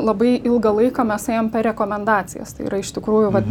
labai ilgą laiką mes ėjom per rekomendacijas tai yra iš tikrųjų vat